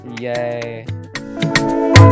Yay